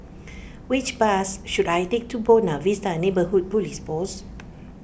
which bus should I take to Buona Vista Neighbourhood Police Post